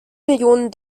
millionen